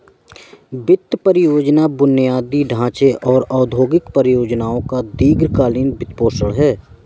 वित्त परियोजना बुनियादी ढांचे और औद्योगिक परियोजनाओं का दीर्घ कालींन वित्तपोषण है